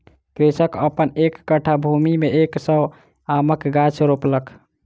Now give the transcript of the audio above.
कृषक अपन एक कट्ठा भूमि में एक सौ आमक गाछ रोपलक